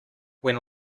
when